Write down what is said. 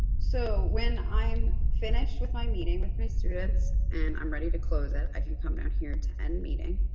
so, when i'm finished with my meeting with my students and i'm ready to close it, i can come down here to end meeting.